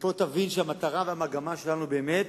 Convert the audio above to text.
מפה תבין שהמטרה והמגמה שלנו באמת